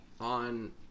on